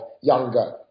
younger